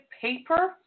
paper